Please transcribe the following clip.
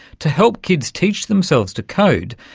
to help kids teach themselves to code,